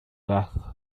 death